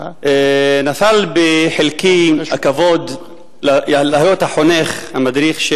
נפל בחלקי הכבוד להיות החונך, המדריך,